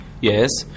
Yes